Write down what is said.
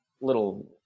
little